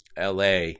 LA